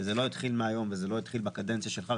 וזה לא התחיל מהיום ולא בקדנציה שלך,